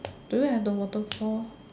do you have the waterfall